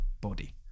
body